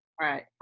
Right